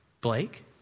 Blake